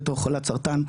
בתור חולת סרטן,